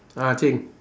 ah cheng